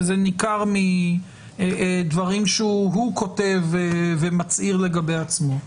וזה ניכר מדברים שהוא כותב ומצהיר לגבי עצמו?